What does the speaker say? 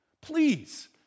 Please